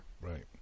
Right